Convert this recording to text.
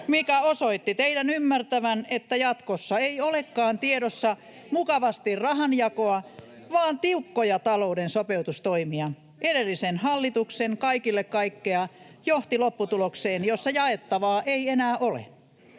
mikä osoitti teidän ymmärtävän, että jatkossa ei olekaan tiedossa mukavasti rahanjakoa vaan tiukkoja talouden sopeutustoimia. Edellisen hallituksen ”kaikille kaikkea” johti lopputulokseen, jossa jaettavaa ei enää ole.